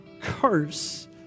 curse